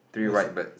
three white birds